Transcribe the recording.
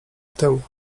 tył